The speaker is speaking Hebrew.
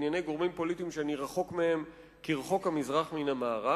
בענייני גורמים פוליטיים שאני רחוק מהם כרחוק מזרח מן המערב.